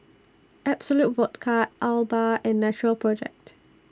Absolut Vodka Alba and Natural Project